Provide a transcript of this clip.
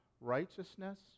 righteousness